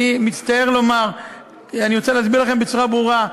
אני מצטער לומר ורוצה להסביר לכם בצורה ברורה: